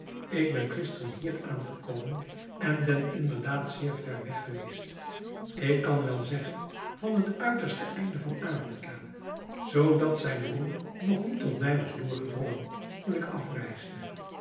ik ben gisteren hier aangekomen en ben inderdaad zeer ver weg geweest ik kan wel zeggen van het uiterste einde van afrika zoodat zijn roem nog niet tot mij was doorgedrongen toen ik afreisde